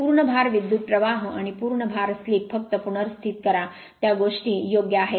पूर्ण भार विद्युत प्रवाह आणि पूर्ण भार स्लिप फक्त पुनर्स्थित करा त्या गोष्टी योग्य आहेत